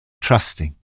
trusting